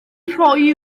rhoi